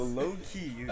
low-key